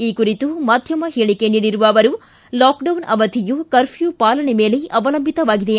ಈ ಕುರಿತು ಮಾಧ್ಯಮ ಹೇಳಿಕೆ ನೀಡಿರುವ ಅವರು ಲಾಕ್ಡೌನ್ ಅವಧಿಯು ಕರ್ಫ್ಲೂ ಪಾಲನೆ ಮೇಲೆ ಅವಲಂಬಿತವಾಗಿದೆ